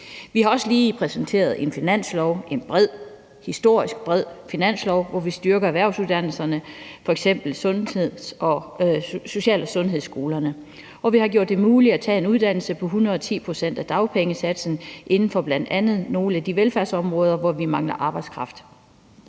Vi har også lige præsenteret en finanslov – en historisk bred finanslov – hvor vi styrker erhvervsuddannelserne, f.eks. social- og sundhedsskolerne, hvor vi har gjort det muligt at tage en uddannelse med 110 pct. af dagpengesatsen inden for bl.a. nogle af de velfærdsområder, hvor vi mangler arbejdskraft.